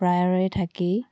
প্ৰায়ৰে থাকেই